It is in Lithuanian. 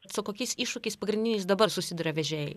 su kokiais iššūkiais pagrindiniais dabar susiduria vežėjai